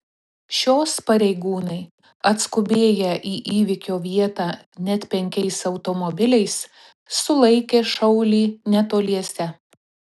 šios pareigūnai atskubėję į įvykio vietą net penkiais automobiliais sulaikė šaulį netoliese